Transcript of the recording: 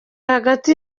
hagati